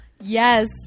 Yes